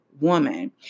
woman